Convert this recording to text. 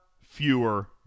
fewer